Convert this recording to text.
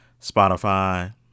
Spotify